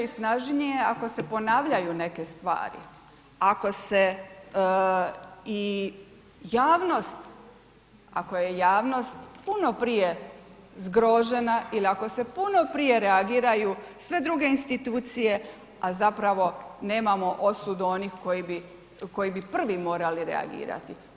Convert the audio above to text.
Zar ima jače i snažnije ako se ponavljaju neke stvari, ako se i javnost, ako je javnost puno prije zgrožena ili ako se puno prije reagiraju sve druge institucije, a zapravo nemamo osudu onih koji prvi morali reagirati.